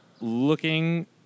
looking